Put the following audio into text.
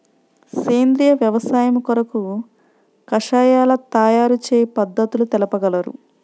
సేంద్రియ వ్యవసాయము కొరకు కషాయాల తయారు చేయు పద్ధతులు తెలుపగలరు?